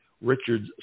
Richard